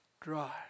dry